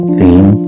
Theme